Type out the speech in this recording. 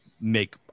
make